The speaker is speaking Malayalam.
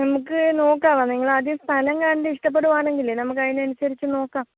നമുക്ക് നോക്കാവേ നിങ്ങൾ ആദ്യം സ്ഥലം കണ്ട് ഇഷ്ടപ്പെടുവാണെങ്കിലെ നമുക്ക് അതിനനുസരിച്ച് നോക്കാം